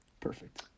perfect